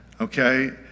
Okay